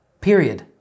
period